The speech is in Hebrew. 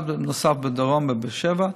אחד נוסף הוא בדרום, בבאר שבע.